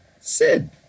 Sid